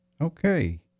okay